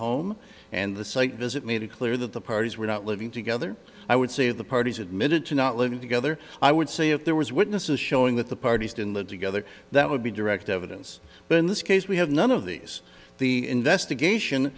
home and the site visit made it clear that the parties were not living together i would say that the parties admitted to not living together i would say if there was witnesses showing that the parties didn't live together that would be direct evidence but in this case we have none of these the investigation